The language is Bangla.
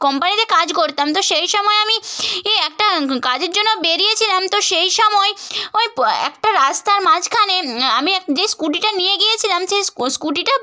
কোম্পানিতে কাজ করতাম তো সেই সময় আমি ই একটা কাজের জন্য বেরিয়েছিলাম তো সেই সময় ওয় প্ এ একটা রাস্তার মাঝখানে আমি এক যে স্কুটিটা নিয়ে গিয়েছিলাম যে স্কু স্কুটিটা